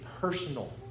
personal